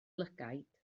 lygaid